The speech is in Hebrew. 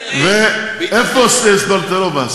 איפה סבטלובה?